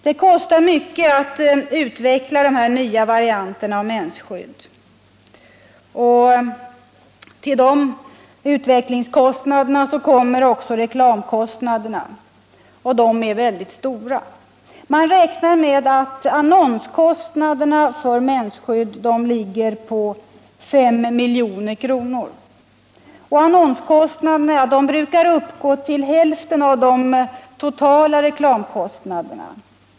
Det kostar mycket att utveckla alla dessa nya varianter av mensskydd, och till utvecklingskostnaderna kommer reklamkostnaderna, som är väldigt stora. Man räknar med att annonskostnaderna för mensskydd ligger på 5 milj.kr. Annonskostnaderna brukar uppgå till hälften av de totala reklamkostnaderna.